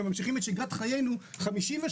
וממשיכים את שגרת חיינו 58 אנשים,